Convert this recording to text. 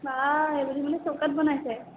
বাহ এইবেলি বোলে চৌকাত বনাইছে